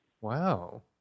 Wow